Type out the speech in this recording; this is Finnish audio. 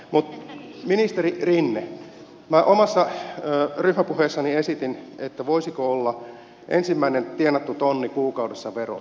mutta ministeri rinne minä omassa ryhmäpuheessani esitin että voisiko ensimmäinen tienattu tonni kuukaudessa olla veroton